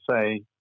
say